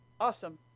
awesome